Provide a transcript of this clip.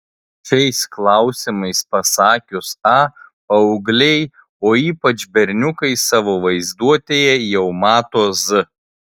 šiais klausimais pasakius a paaugliai o ypač berniukai savo vaizduotėje jau mato z